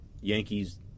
Yankees